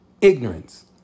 ignorance